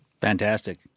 Fantastic